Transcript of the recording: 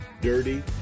dirty